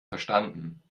verstanden